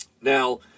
Now